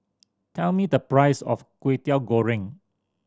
tell me the price of Kway Teow Goreng